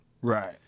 Right